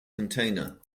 container